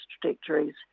trajectories